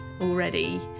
already